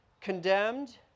Condemned